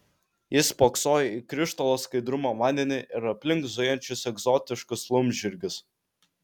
jis spoksojo į krištolo skaidrumo vandenį ir aplink zujančius egzotiškus laumžirgius